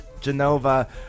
Genova